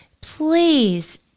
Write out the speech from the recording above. please